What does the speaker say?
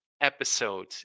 Episode